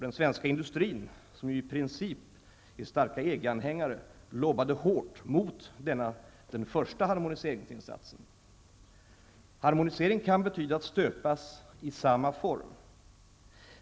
Den svenska industrin, som i princip är en stark EG-anhängare, lobbade hårt mot denna den första harmoniseringsinsatsen. Harmonisering kan betyda att stöpas i samma form.